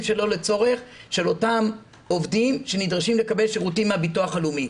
שלא לצורך של אותם עובדים שנדרשים לקבל שירותים מהביטוח הלאומי.